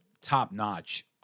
top-notch